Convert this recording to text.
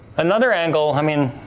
another angle, i mean,